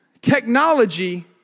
Technology